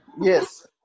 yes